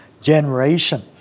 generation